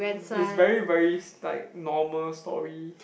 it's very very like normal story